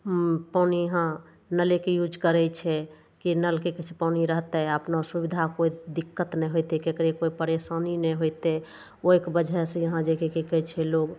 पानि यहाँ नलेके यूज करय छै कि नलके की कहय छै पानि रहतय अपनो सुविधा कोइ दिक्कत नहि होयतय ककरो कोइ परेशानी नहि होयतय ओइके वजहसँ यहाँ जे कि की कहय छै लोग